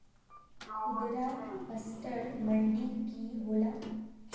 खुदरा असटर मंडी की होला?